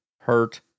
hurt